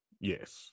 Yes